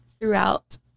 Throughout